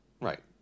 Right